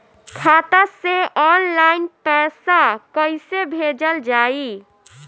खाता से ऑनलाइन पैसा कईसे भेजल जाई?